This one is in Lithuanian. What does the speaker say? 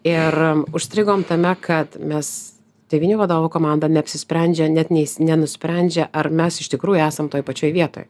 ir užstrigom tame kad mes devynių vadovų komanda neapsisprendžia net neis nenusprendžia ar mes iš tikrųjų esam toj pačioj vietoj